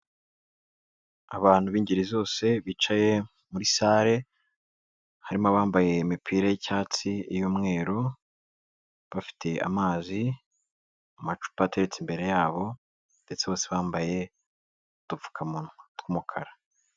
Abantu b'ingeri zose bicaye muri sale harimo bambaye imipira y'icyatsi, iy'umweru, bafite amazi amacupa atetse imbere yabo ndetse bose bambaye utupfukamunwa tw'umukara.